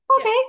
okay